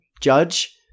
Judge